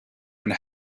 and